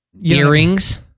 Earrings